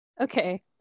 Okay